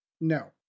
No